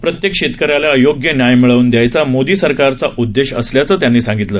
प्रत्येक शेतकऱ्याला योग्य न्याय मिळवून द्यायचा मोदी सरकारचा उददेश असल्याचं त्यांनी सांगितलं